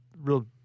real